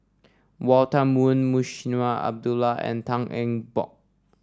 Walter Woon Munshi Abdullah and Tan Eng Bock